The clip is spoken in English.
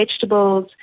vegetables